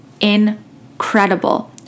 incredible